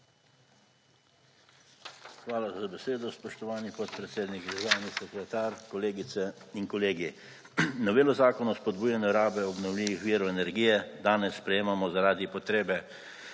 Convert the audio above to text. Hvala za besedo, spoštovani podpredsednik, državni sekretar, kolegice in kolegi. Novelo zakona o spodbujanju rabe obnovljivih virov energije danes sprejemamo zaradi potrebe